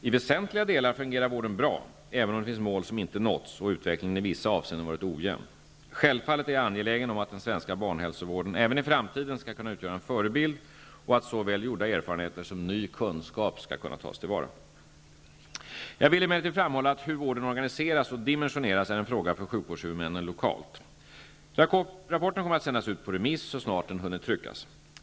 I väsentliga delar fungerar vården bra, även om det finns mål som inte nåtts och utvecklingen i vissa avseenden varit ojämn. Självfallet är jag angelägen om att den svenska barnhälsovården även i framtiden skall kunna utgöra en förebild, och att såväl gjorda erfarenheter som ny kunskap skall tas till vara. Jag vill emellertid framhålla att hur vården organiseras och dimensioneras är en fråga för sjukvårdshuvudmännen lokalt. Rapporten kommer att sändas ut på remiss så snart den hunnit tryckas.